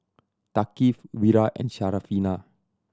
Thaqif Wira and Syarafina